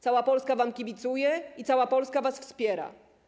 Cała Polska wam kibicuje i cała Polska was wspiera.